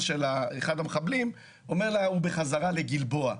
של אחד המחבלים ואומר לה: הוא בחזרה לגלבוע.